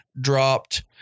dropped